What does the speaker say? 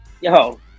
yo